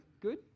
good